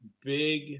big